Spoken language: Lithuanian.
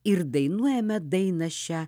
ir dainuojame dainą šią